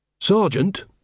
Sergeant